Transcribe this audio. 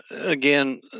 again